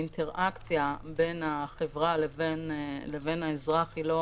האינטראקציה בין החברה לבין האזרח היא לא